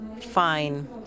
Fine